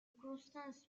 constance